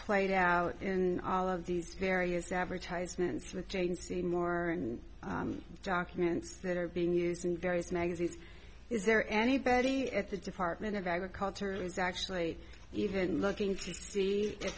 played out in all of these various advertisements with jane seymour documents that are being used in various magazines is there anybody at the department of agriculture is actually even looking